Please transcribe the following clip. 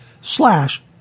slash